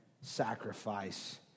sacrifice